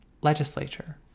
legislature